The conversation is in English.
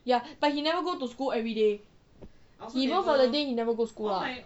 ya but he never go to school everyday day he most of the day he never go school lah